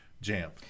Jam